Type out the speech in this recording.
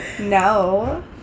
No